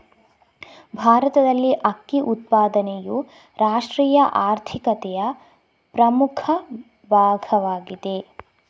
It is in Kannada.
ಭಾರತದಲ್ಲಿ ಅಕ್ಕಿ ಉತ್ಪಾದನೆಯು ರಾಷ್ಟ್ರೀಯ ಆರ್ಥಿಕತೆಯ ಪ್ರಮುಖ ಭಾಗವಾಗಿದೆ